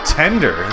tender